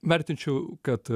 vertinčiau kad